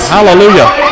Hallelujah